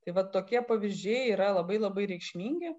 tai va tokie pavyzdžiai yra labai labai reikšmingi